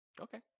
Okay